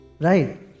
Right